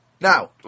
Now